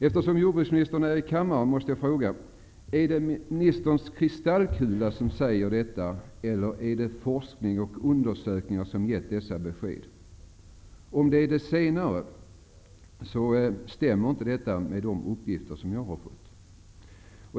Eftersom jordbruksministern är i kammaren måste jag fråga: Är det ministerns kristallkula som säger detta, eller är det forskning och undersökningar som gett dessa besked? Om det är det senare, stämmer inte detta med de uppgifter jag har fått.